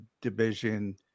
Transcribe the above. division